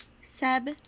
Seb